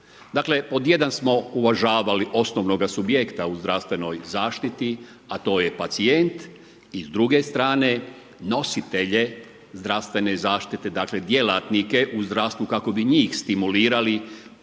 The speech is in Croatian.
Dakle, pod jedan smo uvažavali osnovnoga subjekta u zdravstvenoj zaštiti, a to je pacijent. I s druge strane, nositelje zdravstvene zaštite, dakle djelatnike u zdravstvu kako bi njih stimulirali